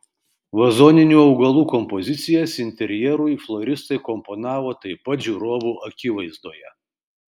vazoninių augalų kompozicijas interjerui floristai komponavo taip pat žiūrovų akivaizdoje